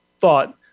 thought